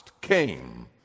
came